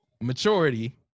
maturity